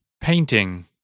Painting